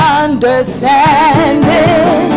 understanding